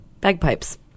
bagpipes